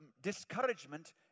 discouragement